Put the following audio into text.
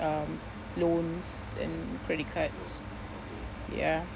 um loans and credit cards ya